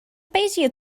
bezier